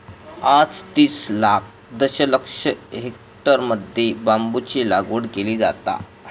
आज तीस लाख दशलक्ष हेक्टरमध्ये बांबूची लागवड केली जाता